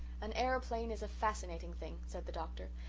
an aeroplane is a fascinating thing, said the doctor.